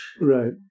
Right